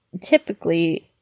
typically